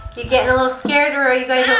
you gettin' a little scared, or are you guys